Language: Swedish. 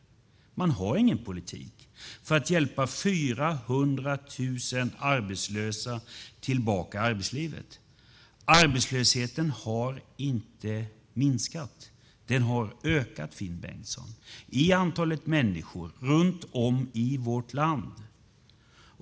Man har ingen politik för att hjälpa 400 000 arbetslösa tillbaka till arbetslivet. Arbetslösheten har inte minskat. Den har i stället ökat, Finn Bengtsson, sett till antalet arbetslösa människor runt om i vårt land.